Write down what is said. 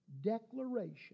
declaration